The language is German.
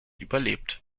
überlebt